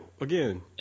Again